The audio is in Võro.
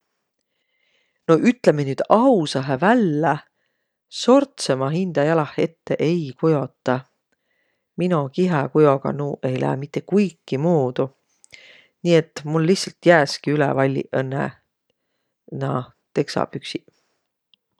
No ütlemiq noq ausahe vällä – sortsõ ma hindä jalaq ette ei kujotaq. Mino kihäkujoga nuuq ei lääq mitte kuigimuudu. Nii et mul lihtsält jääski üle valliq õnnõ naaq, teksapüksiq.